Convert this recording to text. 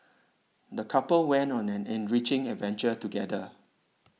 the couple went on an enriching adventure together